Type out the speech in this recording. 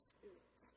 Spirit